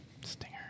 Stinger